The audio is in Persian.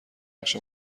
نقش